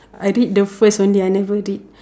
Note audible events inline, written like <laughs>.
I read the <laughs> first only I never read